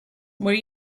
were